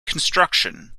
construction